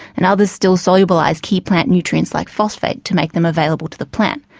and others still solubilise key plant nutrients like phosphate to make them available to the plant.